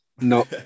No